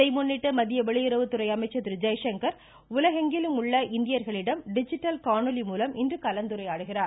இதனை முன்னிட்டு மத்திய வெளியுறவுத்துறை அமைச்சர் திரு ஜெய்சங்கர் உலகெங்கிலும் உள்ள இந்தியர்களிடம் டிஜிட்டல் காணொலி மூலம் இன்று கலந்துரையாடுகிறார்